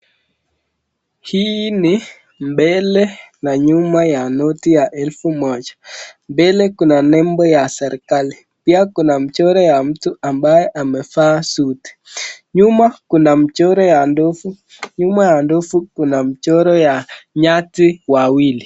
Hii ni mbele na nyuma ya noti ya elfu moja mbele kuna nembo ya serekali, pia kuna mchoro ya mtu ambaye amefaa suti nyuma kuna michoro ya ndovu. Nyuma ya Ndovu kuna mchoro ya Nyati wawili.